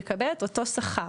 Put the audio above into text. יקבל את אותו שכר,